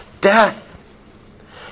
Death